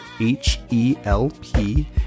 H-E-L-P